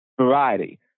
variety